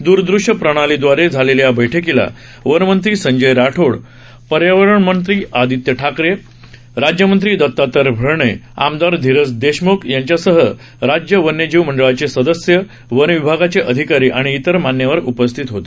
द्रदृष्य प्रणालीदवारे झालेल्या या बैठकीला वनमंत्री संजय राठोड पर्यावरण मंत्री आदित्य ठाकरे राज्यमंत्री दतात्र्य भरणे आमदार धीरज देशमुख यांच्यासह राज्य वन्यजीव मंडळाचे सदस्य वन विभागाचे अधिकारी आणि इतर मान्यवर उपस्थित होते